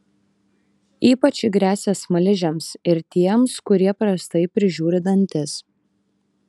ypač ji gresia smaližiams ir tiems kurie prastai prižiūri dantis